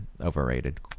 overrated